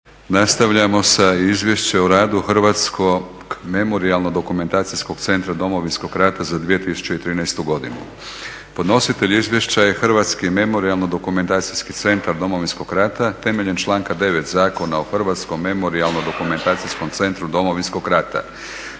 Nastavljamo sa - Izvješće o radu Hrvatskog memorijalno-dokumentacijskog centra Domovinskog rata za 2013. godinu Podnositelj izvješća je Hrvatski memorijalno-dokumentacijski centar Domovinskog rata temeljem članka 9. Zakona o Hrvatskom memorijalno-dokumentacijskom centru Domovinskog rata.